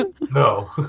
No